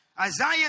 Isaiah